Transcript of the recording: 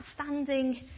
outstanding